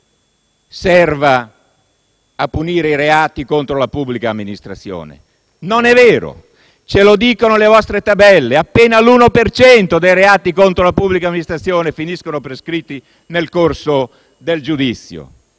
serva a punire i reati contro la pubblica amministrazione. Non è vero e ce lo dicono le vostre tabelle: appena l'1 per cento dei reati contro la pubblica amministrazione finiscono prescritti nel corso del giudizio.